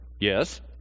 yes